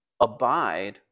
abide